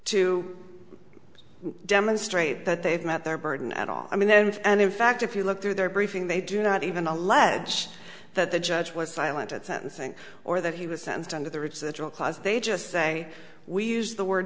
to demonstrate that they've met their burden at all i mean and in fact if you look through their briefing they do not even allege that the judge was silent at sentencing or that he was sentenced under the rich central clause they just say we use the word